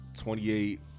28